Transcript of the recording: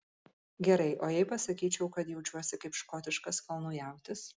gerai o jei pasakyčiau kad jaučiuosi kaip škotiškas kalnų jautis